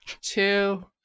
two